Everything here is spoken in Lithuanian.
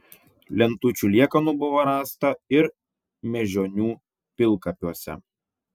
lentučių liekanų buvo rasta ir mėžionių pilkapiuose